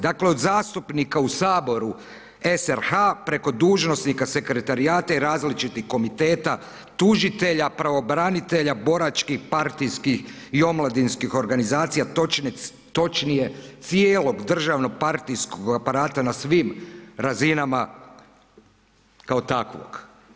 Dakle, od zastupnika u Saboru, SRH preko dužnosnika sekretarijata i različitih komiteta, tužitelja, pravobranitelja, boračkih partijskih i omladinskih organizacija točnije cijelog državno-partijskog aparata na svim razinama kao takvog.